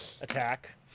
attack